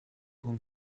con